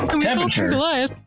Temperature